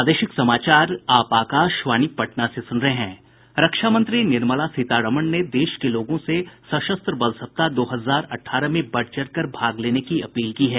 रक्षा मंत्री निर्मला सीतारमण ने देश के लोगों से सशस्त्र बल सप्ताह दो हजार अठारह में बढ़ चढ़कर भाग लेने की अपील की है